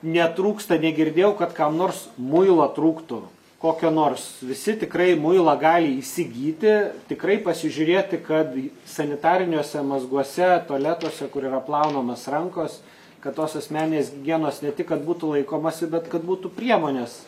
netrūksta negirdėjau kad kam nors muilo trūktų kokio nors visi tikrai muilą gali įsigyti tikrai pasižiūrėti kad sanitariniuose mazguose tualetuose kur yra plaunamos rankos kad tos asmeninės higienos ne tik kad būtų laikomasi bet kad būtų priemonės